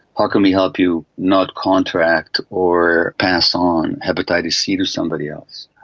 how can we help you not contract or pass on hepatitis c to somebody else?